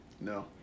No